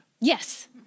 Yes